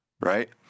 right